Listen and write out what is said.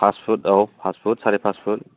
फास फुट औ फास फुट साराय फास फुट